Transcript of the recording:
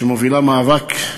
שמובילה מאבק,